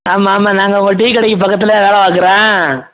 ஆமாம் ஆமாம் நாங்கள் உங்கள் டீக்கடைக்குப் பக்கத்தில் தான் வேலை பார்க்குறோம்